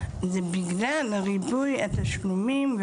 היא ריבוי התשלומים,